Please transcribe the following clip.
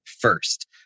first